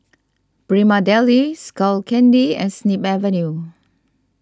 Prima Deli Skull Candy and Snip Avenue